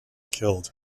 killed